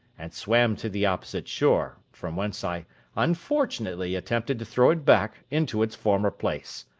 and swam to the opposite shore, from whence i unfortunately attempted to throw it back into its former place.